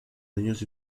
niños